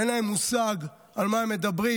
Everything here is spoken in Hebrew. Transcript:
אין להם מושג על מה הם מדברים,